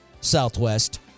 Southwest